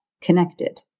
connected